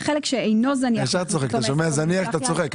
אתה שומע זניח אתה צוחק.